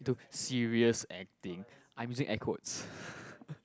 to serious acting I'm using act quotes